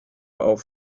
auf